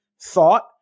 thought